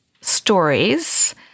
stories